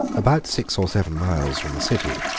about six or seven miles from the city,